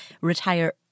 retire